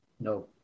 No